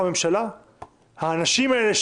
כשאומרים "האנשים האלה",